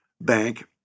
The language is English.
Bank